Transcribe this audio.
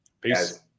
Peace